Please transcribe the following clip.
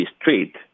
street